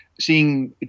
seeing